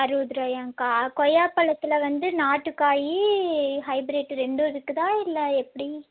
அறுபது ரூவாயாங்கக்கா கொய்யா பழத்தில் வந்து நாட்டு காய் ஹைப்ரிட்டு ரெண்டும் இருக்குதா இல்லை எப்படி